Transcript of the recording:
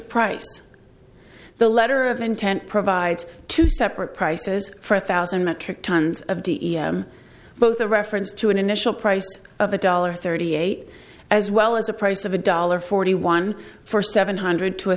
price the letter of intent provides two separate prices for a thousand metric tons of d e m both a reference to an initial price of a dollar thirty eight as well as a price of a dollar forty one for seven hundred to